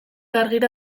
argira